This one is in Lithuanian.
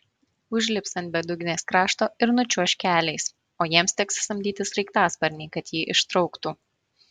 užlips ant bedugnės krašto ir nučiuoš keliais o jiems teks samdyti sraigtasparnį kad jį ištrauktų